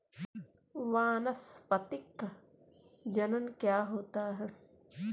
वानस्पतिक जनन क्या होता है?